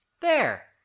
There